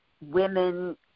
women